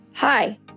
Hi